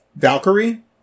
Valkyrie